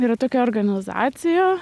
yra tokia organizacija